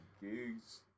gigs